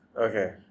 Okay